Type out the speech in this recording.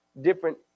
different